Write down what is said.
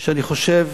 שאני חושב